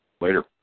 Later